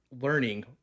learning